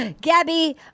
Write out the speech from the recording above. Gabby